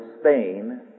Spain